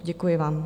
Děkuji vám.